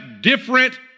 different